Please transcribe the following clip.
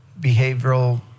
behavioral